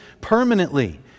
permanently